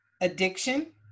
addiction